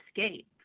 escape